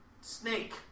Snake